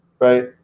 Right